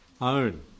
own